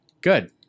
Good